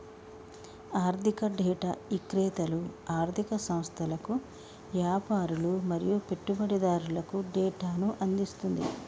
ఆర్ధిక డేటా ఇక్రేతలు ఆర్ధిక సంస్థలకు, యాపారులు మరియు పెట్టుబడిదారులకు డేటాను అందిస్తుంది